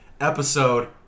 episode